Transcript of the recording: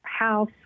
House